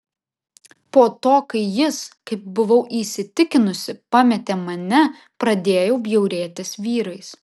po to kai jis kaip buvau įsitikinusi pametė mane pradėjau bjaurėtis vyrais